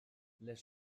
les